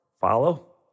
Follow